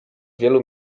wielu